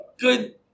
good